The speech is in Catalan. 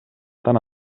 tant